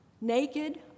Naked